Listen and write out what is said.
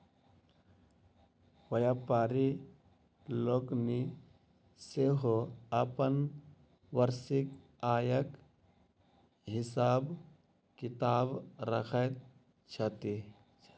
व्यापारि लोकनि सेहो अपन वार्षिक आयक हिसाब किताब रखैत छथि